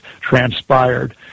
transpired